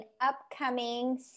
upcoming